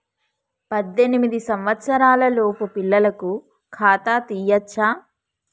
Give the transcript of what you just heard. పద్దెనిమిది సంవత్సరాలలోపు పిల్లలకు ఖాతా తీయచ్చా?